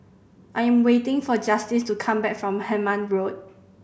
I am waiting for Justice to come back from Hemmant Road